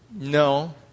no